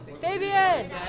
Fabian